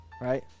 Right